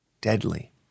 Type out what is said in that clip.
deadly